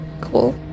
Cool